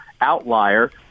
outlier